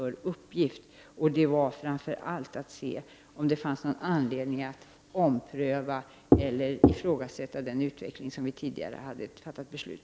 Uppgiften var framför allt att undersöka om det fanns någon anledning att ifrågasätta den utveckling som hade utgjort grundvalen för vårt beslut.